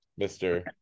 Mr